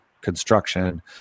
construction